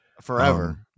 forever